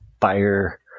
fire